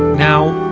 now,